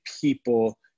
people